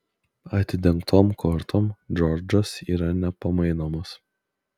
atidengtom kortom džordžas yra nepamainomas